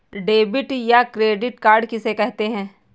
Debit या credit card किसे कहते हैं?